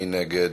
מי נגד?